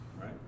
right